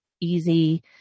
easy